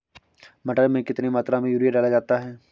मटर में कितनी मात्रा में यूरिया डाला जाता है?